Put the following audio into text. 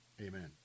Amen